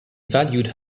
valued